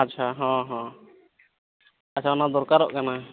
ᱟᱪᱪᱷᱟ ᱦᱮᱸ ᱦᱮᱸ ᱟᱪᱪᱷᱟ ᱚᱱᱟ ᱫᱚᱨᱠᱟᱨᱚᱜ ᱠᱟᱱᱟ